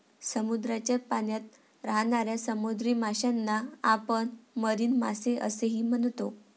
समुद्राच्या पाण्यात राहणाऱ्या समुद्री माशांना आपण मरीन मासे असेही म्हणतो